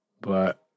But-